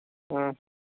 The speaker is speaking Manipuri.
ꯎꯝ